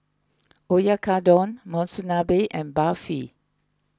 Oyakodon Monsunabe and Barfi